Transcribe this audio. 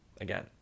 again